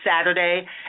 Saturday